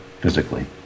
physically